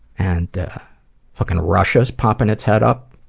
and fucking russia's popping it's head up.